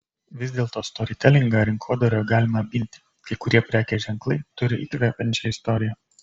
vis dėlto storytelingą rinkodaroje galima apginti kai kurie prekės ženklai turi įkvepiančią istoriją